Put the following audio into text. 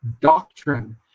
doctrine